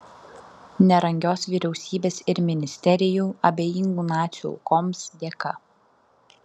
nerangios vyriausybės ir ministerijų abejingų nacių aukoms dėka